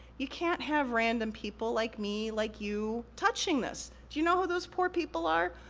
you can't have random people like me, like you, touching this. do you know who those poor people are?